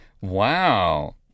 Wow